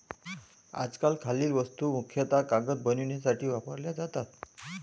आजकाल खालील वस्तू मुख्यतः कागद बनवण्यासाठी वापरल्या जातात